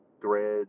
thread